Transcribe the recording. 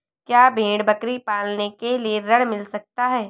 क्या भेड़ बकरी पालने के लिए ऋण मिल सकता है?